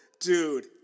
Dude